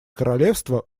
королевство